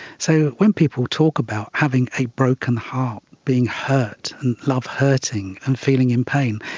so when people talk about having a broken heart, being hurt, and love hurting and feeling in pain,